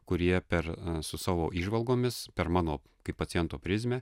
kurie per su savo įžvalgomis per mano kaip paciento prizmę